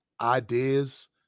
ideas